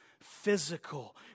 physical